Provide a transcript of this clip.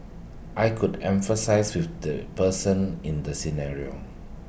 I could empathise with the person in the scenario